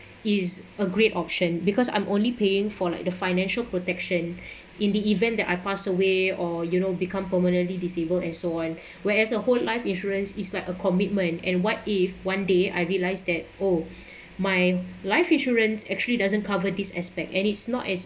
is a great option because I'm only paying for like the financial protection in the event that I passed away or you know become permanently disabled and so on whereas a whole life insurance is like a commitment and what if one day I realised that oh my life insurance actually doesn't cover this aspect and it's not as